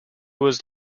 was